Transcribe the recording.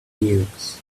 nukes